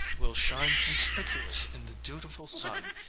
will shine conspicuous in the dutiful son,